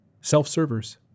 Self-servers